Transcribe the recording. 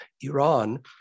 Iran